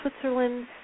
Switzerland